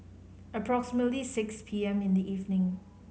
approximately six P M in the evening